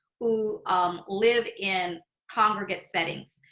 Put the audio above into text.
who um live in congregate settings.